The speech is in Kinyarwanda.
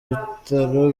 bitaro